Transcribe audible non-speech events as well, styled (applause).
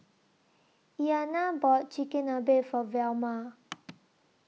Iliana bought Chigenabe For Velma (noise)